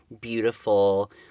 beautiful